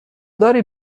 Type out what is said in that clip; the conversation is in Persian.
داری